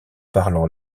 parlant